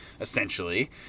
essentially